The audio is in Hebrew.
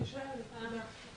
שבצוהריים מהמשרדים,